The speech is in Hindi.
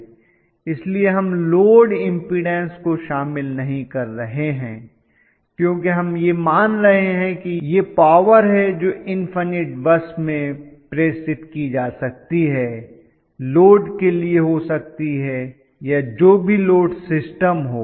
इसलिए हम लोड इम्पीडन्स को शामिल नहीं कर रहे हैं क्योंकि हम यह मान रहे हैं कि यह पावर है जो इन्फनट बस में प्रेषित की जा सकती है लोड के लिए हो सकती है या जो भी लोड सिस्टम हो